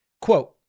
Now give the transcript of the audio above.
quote